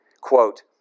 Quote